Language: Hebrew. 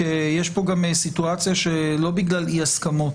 יש פה גם סיטואציה של לא בגלל אי הסכמות,